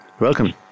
Welcome